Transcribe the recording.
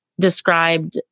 described